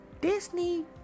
Disney